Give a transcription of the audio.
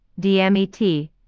DMET